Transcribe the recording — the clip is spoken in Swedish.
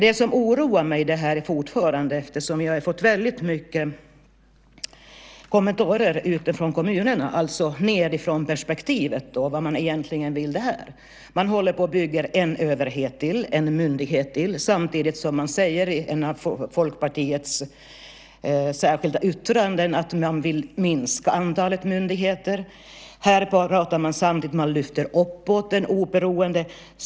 Det som oroar mig i det här är fortfarande det som jag har fått många kommentarer om från kommunerna - alltså nedifrånperspektivet - angående vad man egentligen vill. Man håller på att bygga en överhet till, en myndighet till. Samtidigt säger man i ett av Folkpartiets särskilda yttranden att man vill minska antalet myndigheter. Här lyfter man upp det oberoende.